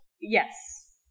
Yes